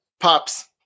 Pops